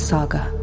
Saga